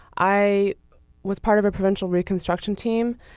i was part of a provincial reconstruction team.